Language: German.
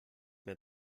mehr